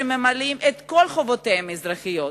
שממלאים את כל חובותיהם האזרחיות,